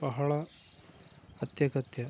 ಬಹಳ ಅತ್ಯಗತ್ಯ